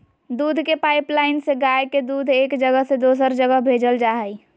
दूध के पाइपलाइन से गाय के दूध एक जगह से दोसर जगह भेजल जा हइ